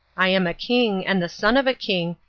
i am a king, and the son of a king,